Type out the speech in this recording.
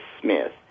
Smith